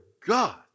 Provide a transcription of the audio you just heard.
God